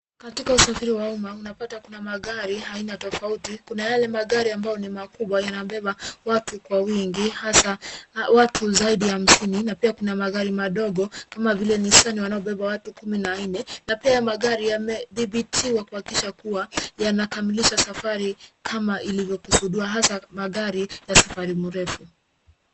Katika usafiri wa umma, unapata kuna magari aina tofauti. Kuna yale magari ambayo ni makubwa, yanabeba watu kwa wingi hasa watu zaidi ya hamsini na pia kuna magari madogo kama vile Nisani wanayobeba watu kumi na nne, na pia magari yamethibitiwa kuhakikisha kuwa yanakamilisha safari kama iivyokusudiwa hasa magari ya safari mrefu.